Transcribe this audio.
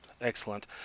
Excellent